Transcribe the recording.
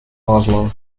oslo